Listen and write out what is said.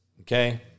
okay